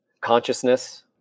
consciousness